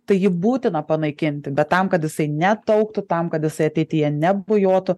tai jį būtina panaikinti bet tam kad jisai neataugtų tam kad jisai ateityje ne bujotų